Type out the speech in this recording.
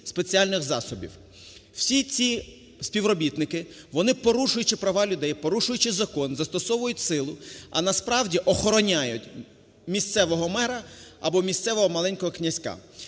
спеціальних засобів? Всі ці співробітники, вони, порушуючи права людей, порушуючи закон, застосовують силу, а насправді охороняють місцевого мера або місцевого маленького князька.